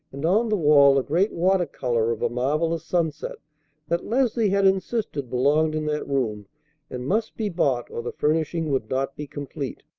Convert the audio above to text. and on the wall a great water-color of a marvellous sunset that leslie had insisted belonged in that room and must be bought or the furnishing would not be complete.